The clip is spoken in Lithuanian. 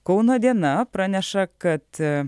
kauno diena praneša kad